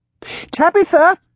Tabitha